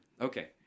Okay